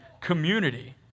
community